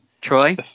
Troy